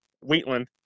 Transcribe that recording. wheatland